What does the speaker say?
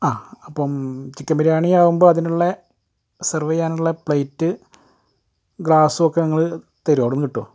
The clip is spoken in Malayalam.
അ അപ്പം ചിക്കൻ ബിരിയാണി ആകുമ്പം അതിനുള്ളെ സെർവ് ചെയ്യാനുള്ളെ പ്ലേറ്റ് ഗ്ലാസ് ഒക്കെ നിങ്ങൾ തരുമോ അവിടുന്ന് കിട്ടുമോ